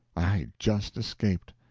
i just escaped.